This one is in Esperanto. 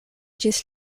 ĝis